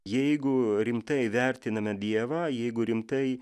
jeigu rimtai vertiname dievą jeigu rimtai